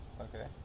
Okay